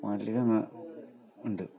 മല്ലിക ആ ഉണ്ട്